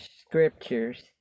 scriptures